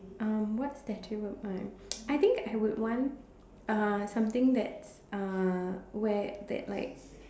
um what statue of mine I think I would want uh something that's uh where that like